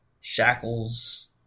shackles